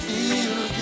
Feel